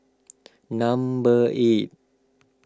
number eight